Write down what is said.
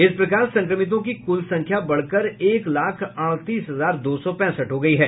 इस प्रकार संक्रमितों की कुल संख्या बढ़कर एक लाख अड़तीस हजार दो सौ पैंसठ हो गयी है